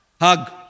hug